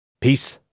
Peace